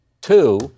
two